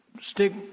stick